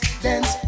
Dance